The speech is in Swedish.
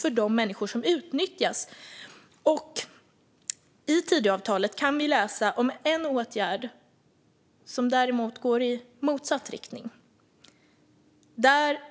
I Tidöavtalet kan vi däremot läsa om en åtgärd som går i motsatt riktning.